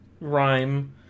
rhyme